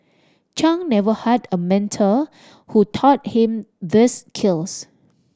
Chung never had a mentor who taught him these skills